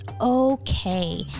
okay